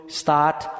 start